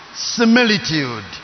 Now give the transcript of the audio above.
similitude